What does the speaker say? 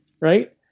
right